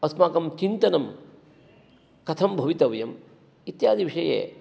अस्माकं चिन्तनं कथं भवितव्यम् इत्यादि विषये